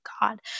God